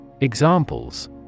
Examples